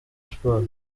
sports